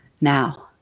now